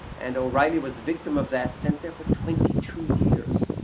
and o'reilly was a victim of that, sent there for twenty-two years,